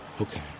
Okay